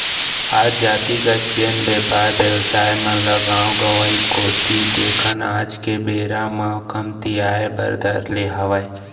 आज जातिगत जेन बेपार बेवसाय मन ल गाँव गंवाई कोती देखन आज के बेरा म कमतियाये बर धर ले हावय